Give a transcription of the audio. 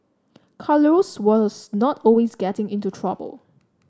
Carlos was not always getting into trouble